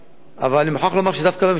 אבל אני מוכרח לומר שדווקא הממשלה הזאת,